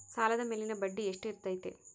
ಸಾಲದ ಮೇಲಿನ ಬಡ್ಡಿ ಎಷ್ಟು ಇರ್ತೈತೆ?